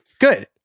Good